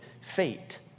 fate